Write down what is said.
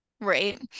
Right